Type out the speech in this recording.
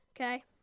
Okay